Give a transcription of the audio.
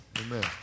amen